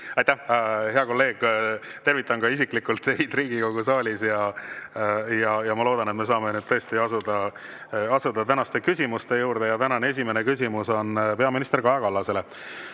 Aitäh, hea kolleeg! Tervitan ka isiklikult teid Riigikogu saalis ja ma loodan, et me saame nüüd tõesti asuda tänaste küsimuste juurde. Tänane esimene küsimus on peaminister Kaja Kallasele,